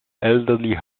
elderly